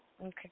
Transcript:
Okay